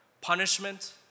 Punishment